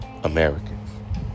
Americans